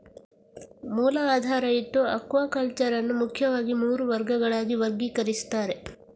ಮೂಲ ಆಧಾರ ಇಟ್ಟು ಅಕ್ವಾಕಲ್ಚರ್ ಅನ್ನು ಮುಖ್ಯವಾಗಿ ಮೂರು ವರ್ಗಗಳಾಗಿ ವರ್ಗೀಕರಿಸ್ತಾರೆ